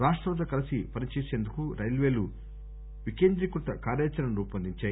రాష్టాలతో కలిసి పని చేసేందుకు రైల్వేలు వికేంద్రీకృత కార్యాచరణను రూవొందించాయి